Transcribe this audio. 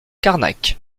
carnac